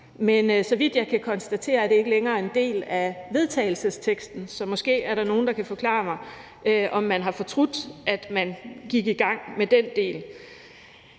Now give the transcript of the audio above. Men så vidt jeg kan konstatere, er det ikke længere en del af vedtagelsesteksten, så måske er der nogen, der kan forklare mig, om man har fortrudt, at man gik i gang med den del.